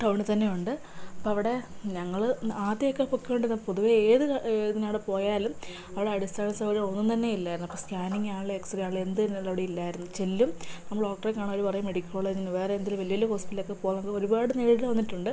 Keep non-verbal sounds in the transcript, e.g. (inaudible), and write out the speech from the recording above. ടൗണിൽ തന്നെയുണ്ട് അപ്പം അവിടെ ഞങ്ങള് ആദ്യമൊക്കെ പൊയ്ക്കൊണ്ടിരുന്നപ്പം പൊതുവേ ഏത് ഇതിന് അവിടെ പോയാലും അവിടെ അടിസ്ഥാന സൗകര്യങ്ങളൊന്നും തന്നെ ഇല്ലായിരുന്നു അപ്പോൾ സ്കാനിങ്ങ് ആണേലും എക്സ്റേ ആണേലും എന്ത് തന്നെ (unintelligible) അവിടെ ഇല്ലായിരുന്നു ചെല്ലും നമ്മള് ഡോക്ടറെ കാണാൻ അവര് പറയും മെഡിക്കൽ കോളേജിൽ നിന്ന് വേറെ (unintelligible) വലിയ വലിയ ഹോസ്പിറ്റലിൽ ഒക്കെ പോകാൻ ഒരുപാട് നേരിടേണ്ടി വന്നിട്ടുണ്ട്